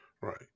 right